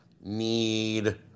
need